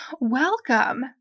welcome